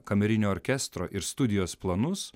kamerinio orkestro ir studijos planus